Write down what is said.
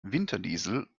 winterdiesel